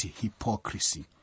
hypocrisy